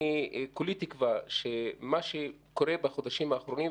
אני כולי תקווה שמה שקורה בחודשים האחרונים,